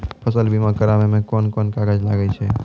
फसल बीमा कराबै मे कौन कोन कागज लागै छै?